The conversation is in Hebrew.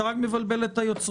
אתה רק מבלבל את היוצרות.